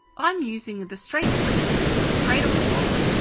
um using the straight sleeve here straight off the block.